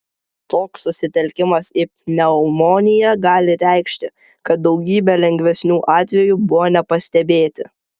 toks susitelkimas į pneumoniją gali reikšti kad daugybė lengvesnių atvejų buvo nepastebėti